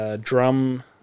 drum